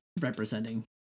representing